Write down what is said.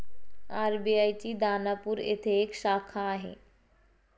RBI ची दानापूर येथे एक शाखा आहे